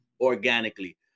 organically